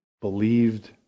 believed